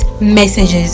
Messages